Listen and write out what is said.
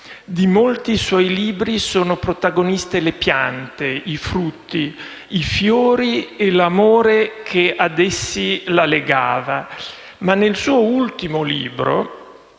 Di molti suoi libri sono protagoniste le piante, i frutti, i fiori e l'amore che ad essi la legava. Ma nel suo ultimo libro